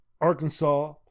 Arkansas